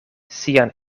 sian